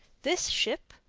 this ship,